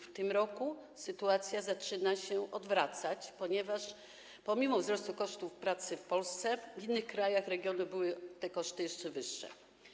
W tym roku sytuacja zaczyna się odwracać, ponieważ pomimo wzrostu kosztów pracy w Polsce w innych krajach regionu te koszty były jeszcze wyższe.